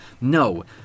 No